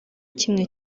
kimwe